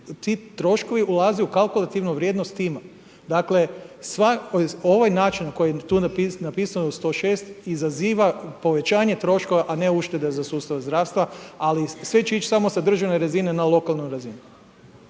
ti troškovi ulaze u kalkulativnu vrijednost tima. Dakle, ovaj način na koji je tu napisano u 106. izaziva povećanje troškova, a ne uštede za sustav zdravstva, ali sve će ići samo sa državne razine na lokalnu razinu.